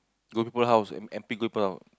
go people house M M_P go people house